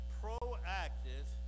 proactive